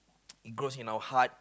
it grows in our heart